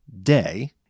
day